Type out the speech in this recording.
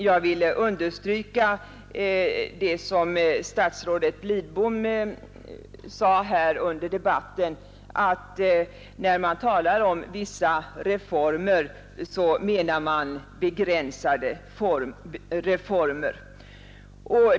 Jag noterar vad statsrådet Lidbom sade under debatten, nämligen att när man talar om vissa reformer menar man begränsade reformer.